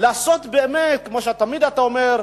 לעשות באמת כמו שתמיד אתה אומר,